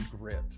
grit